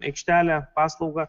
aikštelė paslaugą